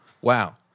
wow